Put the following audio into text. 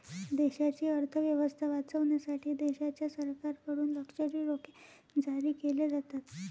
देशाची अर्थ व्यवस्था वाचवण्यासाठी देशाच्या सरकारकडून लष्करी रोखे जारी केले जातात